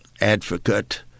advocate